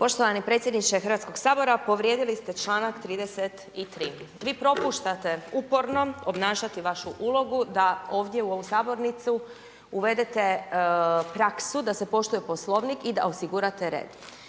Poštovani predsjedniče Hrvatskog sabora povrijedili ste čl. 33. Vi propuštate uporno obnašati vašu ulogu da ovdje u ovoj sabornici uvedete praksu da se poštuje poslovnik i da osigurate red.